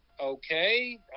okay